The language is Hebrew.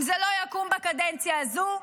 אם זה לא יקום בקדנציה הזו,